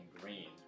green